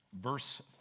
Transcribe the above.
verse